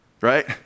Right